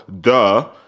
duh